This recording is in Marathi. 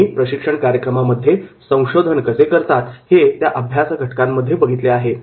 तुम्ही प्रशिक्षण कार्यक्रमामध्ये संशोधन कसे करतात हे त्या अभ्यास घटकांमध्ये बघितले आहे